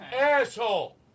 Asshole